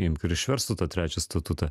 imk ir išversk tu tą trečią statutą